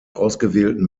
ausgewählten